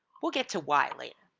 we'll get to why later.